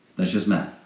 that's just math.